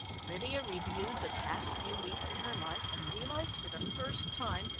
lydia reviewed the past few weeks in her life, and realised, for the first time,